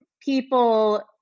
people